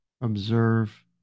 observe